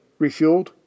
refueled